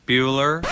Bueller